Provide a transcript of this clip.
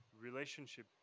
relationship